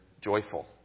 joyful